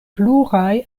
pluraj